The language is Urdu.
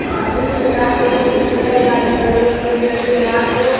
ہاں ٹھیک سے رہا کرو کسی سے لڑائی جھگڑا نہیں کرو سب مل جل کے رہا کرو